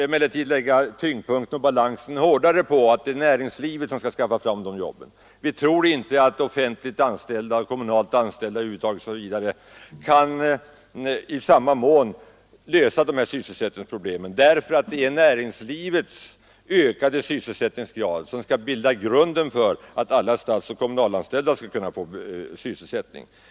Emellertid vill vi lägga tyngdpunkten hårdare på att det är näringslivet som skall åstadkomma de jobben. Vi tror inte att den offentliga sektorn i samma mån kan lösa de här sysselsättningsproblemen. Det är näringslivets ökade sysselsättningsgrad som måste bilda grunden när stat och kommuner skall kunna ge sysselsättning.